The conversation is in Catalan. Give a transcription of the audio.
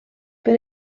per